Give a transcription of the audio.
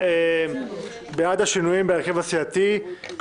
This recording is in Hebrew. שני חברי כנסת מהליכוד קטי שטרית וטלי פלוסקוב,